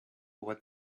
what